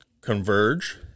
converge